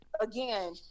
again